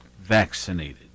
vaccinated